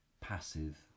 passive